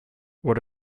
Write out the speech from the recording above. what